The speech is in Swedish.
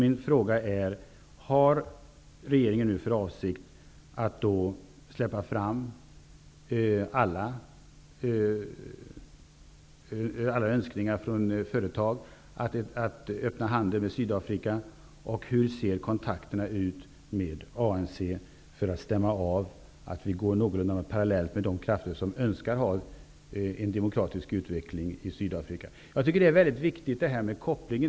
Min fråga är: Har regeringen nu för avsikt att släppa fram alla önskningar från företag om att öppna handel med Sydafrika, och vilka kontakter har man med ANC för att stämma av att vi går någorlunda parallellt med de krafter som önskar ha en demokratisk utveckling i Sydafrika? Kopplingen till ANC är viktig.